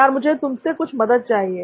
यार मुझे तुमसे कुछ मदद चाहिए